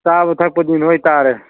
ꯆꯥꯕ ꯊꯛꯄꯗꯤ ꯅꯣꯏ ꯇꯥꯔꯦ